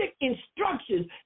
instructions